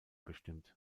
bestimmt